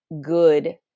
good